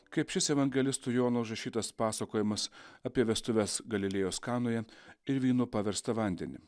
kaip šis evangelisto jono užrašytas pasakojimas apie vestuves galilėjos kanoje ir vynu paverstą vandenį